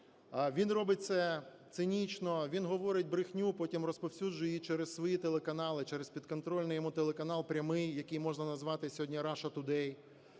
Він робить це цинічно: він говорить брехню, потім розповсюджує її через свої телеканали, через підконтрольний йому телеканал прямий, який можна назвати сьогодні, Russia Today,